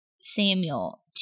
Samuel